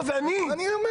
זה אני,